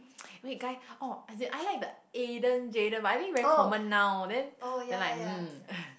wait guys oh as in I like the Aden Jayden but I think very common now then then like mm